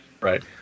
Right